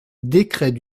décret